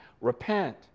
Repent